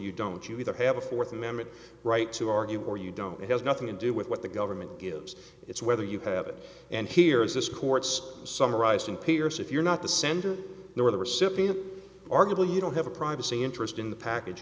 you don't you either have a fourth amendment right to argue or you don't it has nothing to do with what the government gives it's whether you have it and here is this court's summarizing pierce if you're not the sender they were the recipient of article you don't have a privacy interest in the package